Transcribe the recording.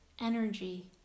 energy